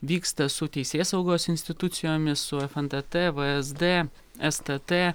vyksta su teisėsaugos institucijomis su fntt vsd stt